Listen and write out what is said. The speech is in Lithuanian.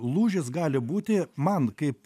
lūžis gali būti man kaip